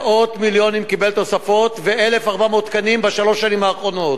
מאות מיליונים קיבל תוספות ו-1,400 תקנים בשלוש השנים האחרונות.